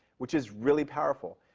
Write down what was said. which is really powerful.